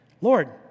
Lord